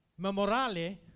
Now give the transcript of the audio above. Memorale